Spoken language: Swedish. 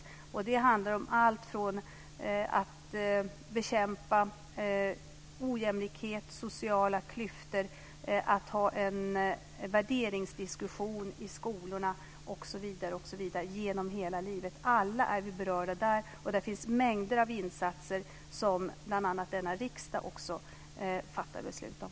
Det handlar om alltifrån att bekämpa ojämlikhet och sociala klyftor till att ha en värderingsdiskussion i skolorna osv. Det gäller genom hela livet. Alla är vi berörda av detta. Och det finns mängder av insatser som bl.a. denna riksdag fattar beslut om.